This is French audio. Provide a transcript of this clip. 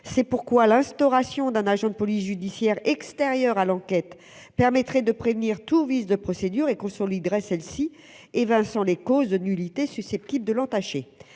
c'est pourquoi l'instauration d'un agent de police judiciaire extérieur à l'enquête permettrait de prévenir tout vice de procédure et consoliderait celle-ci, en évinçant les causes de nullité susceptibles de l'entacher.